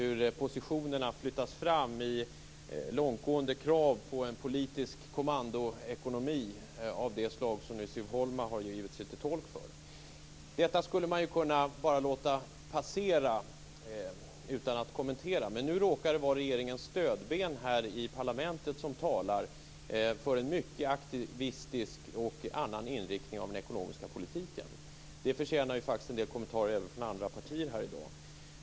Positionerna flyttas fram i långtgående krav på en politisk kommandoekonomi av det slag som nu Siv Holma har gjort sig till tolk för. Detta skulle man kunna bara låta passera utan kommentar, men nu råkar det vara regeringens stödben här i parlamentet som bl.a. talar för en mycket aktivistisk inriktning av den ekonomiska politiken. Det förtjänar en del kommentarer från andra partier här i dag.